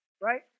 right